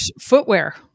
footwear